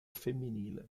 femminile